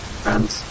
friends